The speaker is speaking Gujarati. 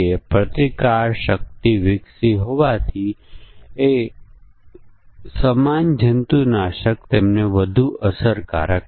આપણી પાસે અન્ય સ્ટેટ ચલો હોઈ શકે છે જે પ્રોગ્રામના વિવિધ ઘટકો વિવિધ ઘટકોની તેમની વર્તણૂકને પણ અસર કરી શકે છે